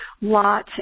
lot